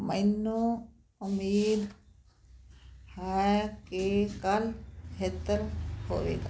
ਮੈਨੂੰ ਉਮੀਦ ਹੈ ਕਿ ਕੱਲ੍ਹ ਬਿਹਤਰ ਹੋਵੇਗਾ